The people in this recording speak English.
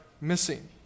missing